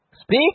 speak